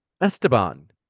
Esteban